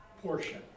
portion